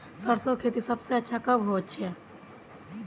सरसों खेती सबसे अच्छा कब होचे?